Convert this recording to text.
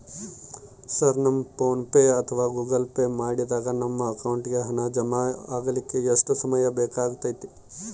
Sir PhonePe ಅಥವಾ Google Pay ಮಾಡಿದಾಗ ನಮ್ಮ ಅಕೌಂಟಿಗೆ ಹಣ ಜಮಾ ಆಗಲಿಕ್ಕೆ ಎಷ್ಟು ಸಮಯ ಬೇಕಾಗತೈತಿ?